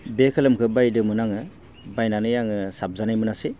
बे खोलोमखौ बायदोंमोन आङो बायनानै आङो साबजानाय मोनासै